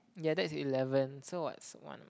ya that's eleven so what's one